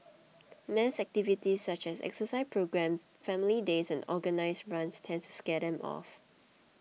mass activities such as exercise programmes family days and organised runs tend to scare them off